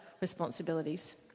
responsibilities